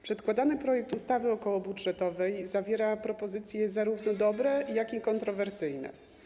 Przedkładany projekt ustawy okołobudżetowej zawiera propozycje zarówno dobre, jak i kontrowersyjne.